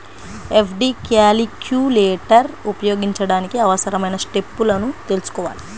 FD calculator ఉపయోగించడానికి అవసరమైన స్టెప్పులను తెల్సుకోవాలి